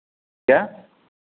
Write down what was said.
क्या